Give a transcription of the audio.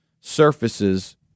surfaces